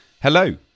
Hello